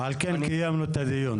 ולכן קיימנו את הדיון.